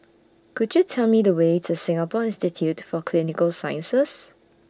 Could YOU Tell Me The Way to Singapore Institute For Clinical Sciences